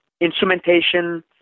instrumentation